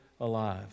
alive